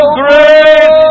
great